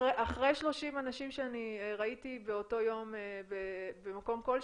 אחרי 30 אנשים שאני ראיתי באותו יום במקום כלשהו,